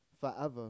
forever